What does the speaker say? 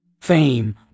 Fame